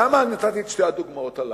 למה נתתי את שתי הדוגמאות הללו?